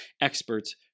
experts